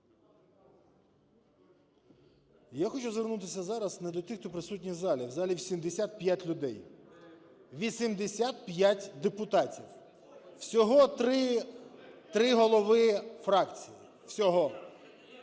Я хочу звернутися зараз не до тих, хто присутній в залі, в залі 85 людей, 85 депутатів. Всього 3 голови фракції, всього.